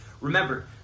Remember